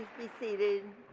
be seated.